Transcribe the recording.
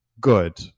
good